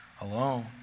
alone